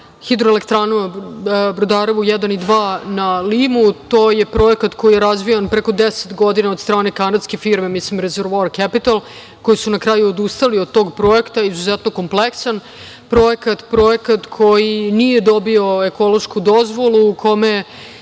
hidroelektranom Brodarevo 1 i 2 na Limu. To je projekat koji je razvijan preko 10 godina od strane kanadske firme „Reservoir Capital“ koji su na kraju odustali od tog projekta, izuzetno je kompleksan projekat, projekat koji nije dobio ekološku dozvolu, gde